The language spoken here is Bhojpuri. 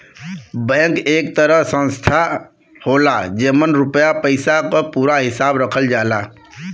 बैंक एक तरह संस्था होला जेमन रुपया पइसा क पूरा हिसाब रखल जाला